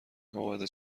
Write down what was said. امابعد